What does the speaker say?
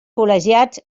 col·legiats